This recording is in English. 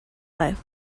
life